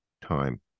time